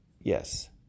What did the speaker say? yes